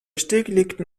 stillgelegten